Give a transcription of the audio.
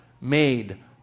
made